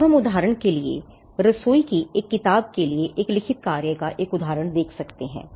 अब हम उदाहरण के लिए एक रसोई की किताब के लिए एक लिखित कार्य का एक उदाहरण देख सकते हैं